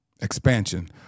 Expansion